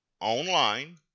online